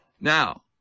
Now